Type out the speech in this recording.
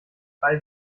frei